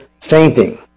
fainting